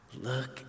look